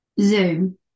Zoom